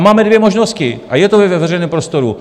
Máme dvě možnosti a je to ve veřejném prostoru.